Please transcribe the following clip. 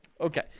Okay